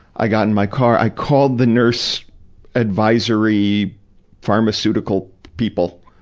i got in my car. i called the nurse advisory pharmaceutical people,